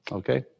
okay